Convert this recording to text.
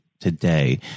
Today